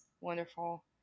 wonderful